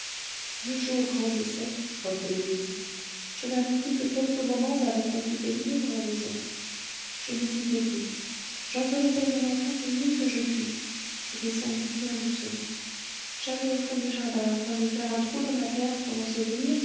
le jour grandissait reprit louise je n'avais plus que quelques moments avant qu'on fût éveillé dans la maison je n'hésitai plus j'enveloppai mon enfant du mieux que je pus je descendis bien doucement j'allai au fond du jardin afin de faire un trou dans la terre pour l'ensevelir